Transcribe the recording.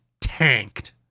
tanked